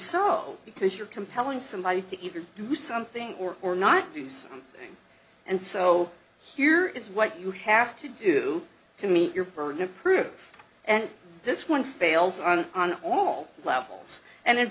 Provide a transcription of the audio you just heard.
so because you're compelling somebody to either do something or or not do something and so here is what you have to do to meet your burden of proof and this one fails on on all levels and in